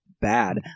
bad